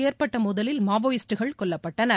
ஏற்பட்ட மோதலில் மாவோயிஸ்டுகள் கொல்லப்பட்டனர்